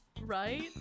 right